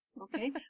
okay